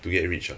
to get rich uh